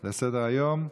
על סדר-היום,